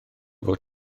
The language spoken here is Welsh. fod